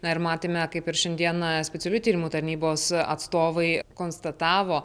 na ir matėme kaip ir šiandieną specialiųjų tyrimų tarnybos atstovai konstatavo